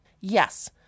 Yes